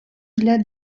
для